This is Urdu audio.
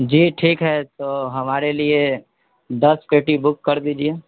جی ٹھیک ہے تو ہمارے لیے دس پیٹی بک کر دیجیے